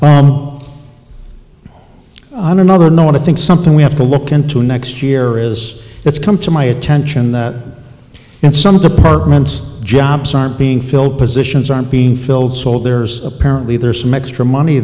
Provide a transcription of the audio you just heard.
thing on another note to think something we have to look into next year is it's come to my attention that and some of the park rents jobs aren't being filled positions aren't being filled so there's apparently there's some extra money